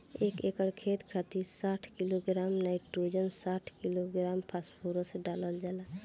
एक एकड़ खेत खातिर साठ किलोग्राम नाइट्रोजन साठ किलोग्राम फास्फोरस डालल जाला?